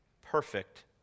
perfect